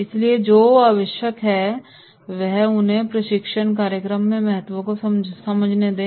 इसलिए जो आवश्यक है वो यह है कि उन्हें इस प्रशिक्षण कार्यक्रम के महत्व को समझने दें